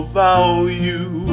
value